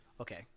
Okay